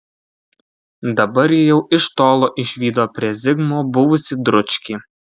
dabar ji jau iš tolo išvydo prie zigmo buvusį dručkį